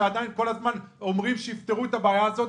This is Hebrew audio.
שעדין כל הזמן אומרים שיפתרו את הבעיה הזאת